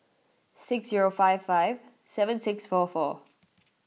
six zero five five seven six four four